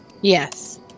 Yes